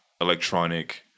electronic